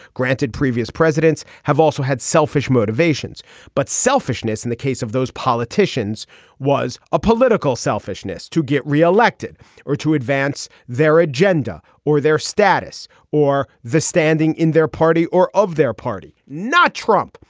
granted previous presidents have also had selfish motivations but selfishness in the case of those politicians was a political selfishness to get re-elected or to advance their agenda or their status or the standing in their party or of their party. not trump.